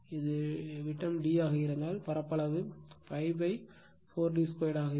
இது விட்டம் d ஆக இருந்தால் பரப்பளவு π 4 d 2 ஆக இருக்கும்